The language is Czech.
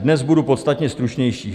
Dnes budu podstatně stručnější.